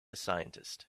scientist